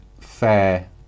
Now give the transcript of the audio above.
fair